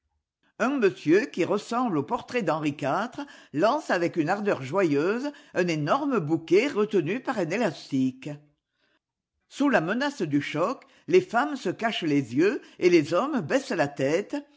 un monsieur qui ressemble aux portraits d'henri iv lance avec une ardeur joyeuse un énorme bouquet retenu par un élastique sous la menace du choc les femmes se cachent les yeux et les hommes baissent la tête